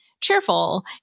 Cheerful